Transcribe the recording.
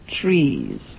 trees